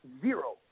Zero